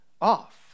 off